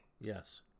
Yes